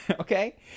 okay